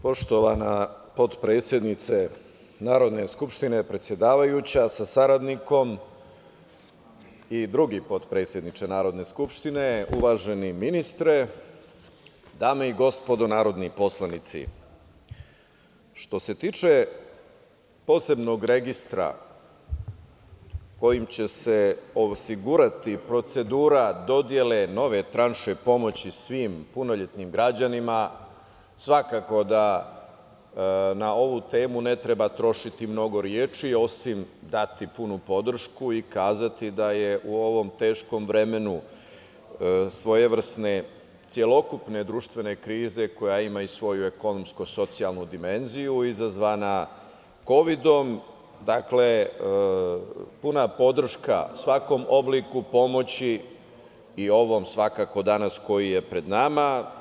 Poštovana potpredsednice Narodne skupštine, predsedavajuća sa saradnikom i drugi potpredsedniče Narodne skupštine, uvaženi ministre, dame i gospodo narodni poslanici, što se tiče posebnog registra kojim će se osigurati procedura dodele nove tranše pomoći svim punoletnim građanima, svakako da na ovu temu ne treba trošiti mnogo reči, osim dati punu podršku i kazati da je u ovom teškom vremenu svojevrsne celokupne društvene krize koja ima svoju i ekonomsko-socijalnu dimenziju izazvana Kovidom, dakle, puna podrška svakom obliku pomoći i ovom svakako danas koji je pred nama.